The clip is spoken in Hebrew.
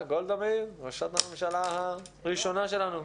בגלל שאנחנו נמצאים בדור האינטרנט ובדור האינסטנט,